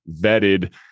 vetted